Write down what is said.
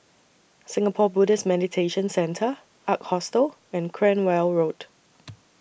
Singapore Buddhist Meditation Centre Ark Hostel and Cranwell Road